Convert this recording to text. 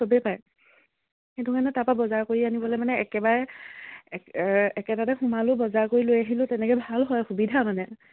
চবেই পায় সেইটো কাৰণে তাৰ পৰা বজাৰ কৰি আনিবলৈ মানে একেবাৰে এক একেটাতে সোমালোঁ বজাৰ কৰি লৈ আহিলোঁ তেনেকৈ ভাল হয় সুবিধা মানে